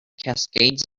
cascades